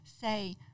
say